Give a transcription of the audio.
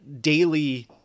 daily